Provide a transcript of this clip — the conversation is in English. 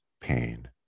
pain